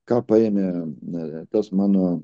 ką paėmė ne tas mano